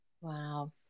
Wow